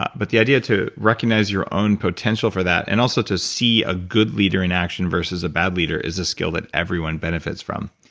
but the idea to recognize your own potential for that and also to see a good leader in action versus a bad leader is a skill that everyone benefits from.